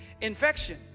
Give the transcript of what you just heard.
infection